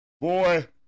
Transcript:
Boy